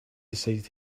decided